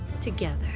together